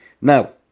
Now